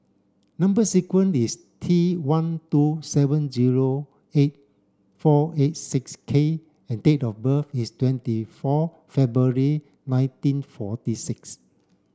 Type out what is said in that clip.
number sequence is T one two seven zero eight four eight six K and date of birth is twenty four February nineteen forty six